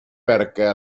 perquè